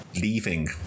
leaving